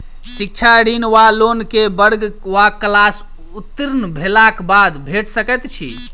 शिक्षा ऋण वा लोन केँ वर्ग वा क्लास उत्तीर्ण भेलाक बाद भेट सकैत छी?